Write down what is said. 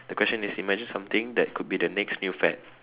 the question is imagine something that could be the next new fad